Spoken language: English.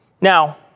Now